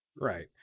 Right